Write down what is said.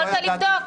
יכולת לבדוק.